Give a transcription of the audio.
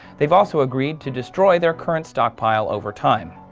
they've also agreed to destroy their current stockpile over time.